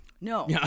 No